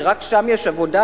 כי רק שם יש עבודה,